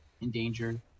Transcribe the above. endangered